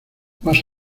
más